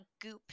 goop